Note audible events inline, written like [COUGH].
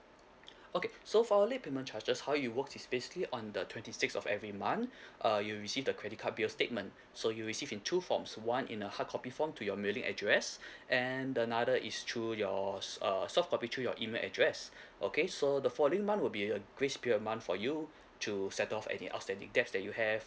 okay so for late payment charges how it work is basically on the twenty sixth of every month [BREATH] uh you'll receive the credit card bill statement so you'll receive in two forms one in a hard copy form to your mailing address [BREATH] and another is through your s~ err soft copy to your email address [BREATH] okay so the following month will be a grace period of month for you to settle off any outstanding debts that you have